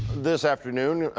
this afternoon,